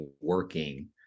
working